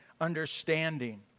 understanding